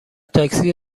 تاکسی